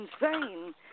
insane